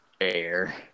Air